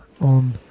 on